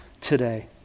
today